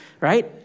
right